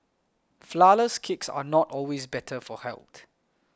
Flourless Cakes are not always better for health